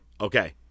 Okay